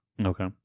Okay